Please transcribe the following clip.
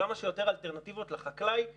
כמה שיותר אלטרנטיבות לחקלאי למכור,